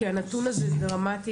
כי הנתון הזה הוא דרמטי,